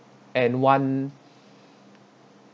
and one